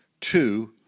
Two